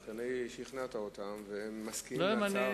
אבל כנראה שכנעת אותם והם מסכימים עם השר.